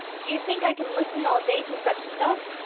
do you think i can listen all day to such stuff?